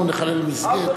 אנחנו נחלל מסגד?